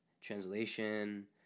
translation